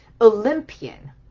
olympian